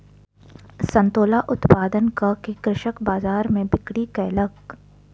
संतोला उत्पादन कअ के कृषक बजार में बिक्री कयलक